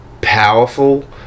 powerful